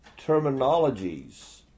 terminologies